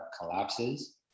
collapses